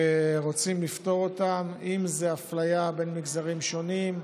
ורוצים לפתור אותם: אם זו אפליה בין מגזרים שונים,